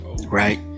right